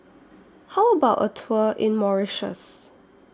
How about A Tour in Mauritius